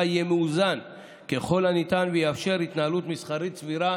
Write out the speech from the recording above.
יהיה מאוזן ככל הניתן ויאפשר התנהלות מסחרית סבירה